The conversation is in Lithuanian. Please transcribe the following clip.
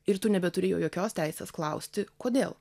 ir tu nebeturi jų jokios teisės klausti kodėl